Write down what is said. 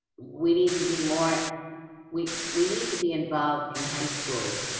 we need to be more we we need to be involved in high schools,